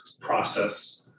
process